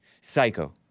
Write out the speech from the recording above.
Psycho